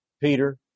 Peter